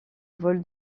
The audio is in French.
vol